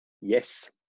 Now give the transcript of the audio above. Yes